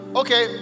okay